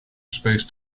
space